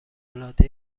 العاده